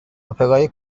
اپرای